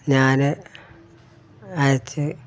ഞാന് അയച്ചു